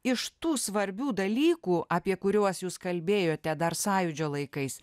iš tų svarbių dalykų apie kuriuos jūs kalbėjote dar sąjūdžio laikais